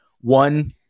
One